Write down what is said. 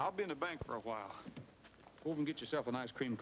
i'll be in a bank for a while get yourself an ice cream